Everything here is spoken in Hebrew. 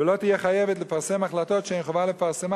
ולא תהיה חייבת לפרסם החלטות שאין חובה לפרסמן